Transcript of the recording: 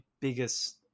biggest